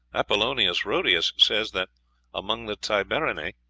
apollonius rhodius says that among the tibereni,